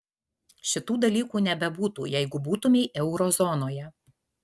šitų dalykų nebebūtų jeigu būtumei euro zonoje